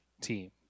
team